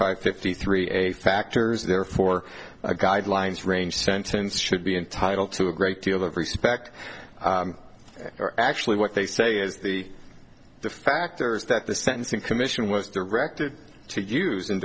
five fifty three a factors therefore guidelines range sentence should be entitled to a great deal of respect or actually what they say is the the factors that the sentencing commission was directed to use